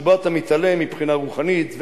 שבו אתה מתעלה מבחינה רוחנית.